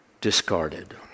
discarded